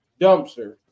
dumpster